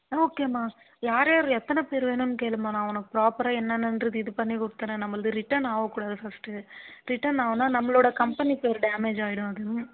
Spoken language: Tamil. ஓகேம்மா யார் யார் எத்தனை பேர் வேணும்னு கேளும்மா நான் உனக்கு ப்ராப்பராக என்னென்னங்றது இது பண்ணி கொடுத்துர்றேன் நம்மளது ரிட்டன் ஆகக்கூடாது ஃபஸ்ட்டு ரிட்டன் ஆனால் நம்மளோடய கம்பெனி பேர் டேமேஜ்ஜாகிடும் அது